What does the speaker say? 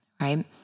right